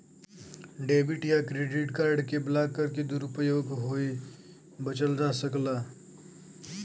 debit या credit card के block करके दुरूपयोग होये बचल जा सकला